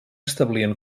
establien